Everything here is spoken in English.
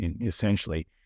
essentially